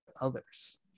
others